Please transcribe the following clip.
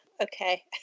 Okay